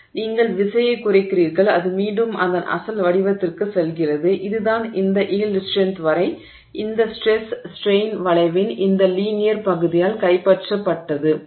எனவே நீங்கள் விசையைக் குறைக்கிறீர்கள் அது மீண்டும் அதன் அசல் வடிவத்திற்குச் செல்கிறது இதுதான் இந்த யீல்டு ஸ்ட்ரென்த் வரை இந்த ஸ்ட்ரெஸ் ஸ்ட்ரெய்ன் வளைவின் இந்த லீனியர் பகுதியால் கைப்பற்றப்பட்டது